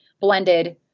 blended